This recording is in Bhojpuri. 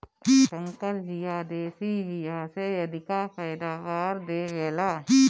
संकर बिया देशी बिया से अधिका पैदावार दे वेला